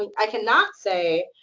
i cannot say,